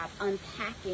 unpacking